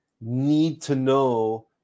need-to-know